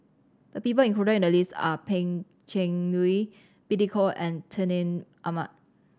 the people included in the list are Pan Cheng Lui Billy Koh and Atin Amat